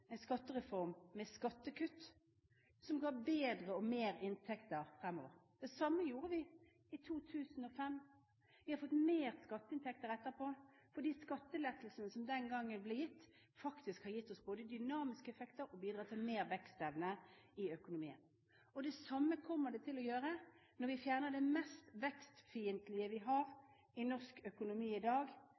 en skattereform med skattekutt som ga bedre inntekter fremover. Det samme gjorde vi i 2005. Vi har fått mer skatteinntekter etterpå, for skattelettelsen som den gang ble gitt, har faktisk gitt oss både dynamiske effekter og bidratt til mer vekstevne i økonomien. Det samme kommer det til å gjøre når vi fjerner det mest vekstfiendtlige vi har i norsk økonomi i dag,